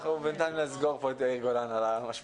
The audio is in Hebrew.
אנחנו בינתיים נסגור פה את יאיר גולן על המשמעות.